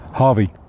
Harvey